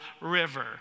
river